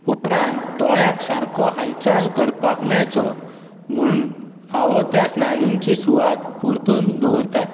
उपरांत दोळ्याक सारको हालचाल करपाक मेळचो म्हूण फावो त्या स्नायूंची सुवात परतून दवरतात